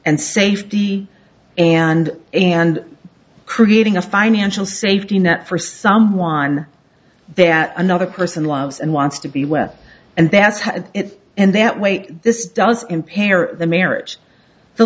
and safety and and creating a financial safety net for someone that another person loves and wants to be with and that's it and that wait this does impair the marriage the